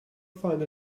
find